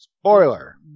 Spoiler